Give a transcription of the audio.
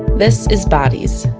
this is bodies,